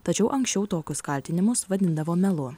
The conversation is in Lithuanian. tačiau anksčiau tokius kaltinimus vadindavo melu